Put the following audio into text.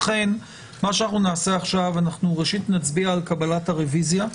לכן נצביע עכשיו על קבלת הרוויזיה,